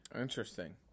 Interesting